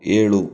ಏಳು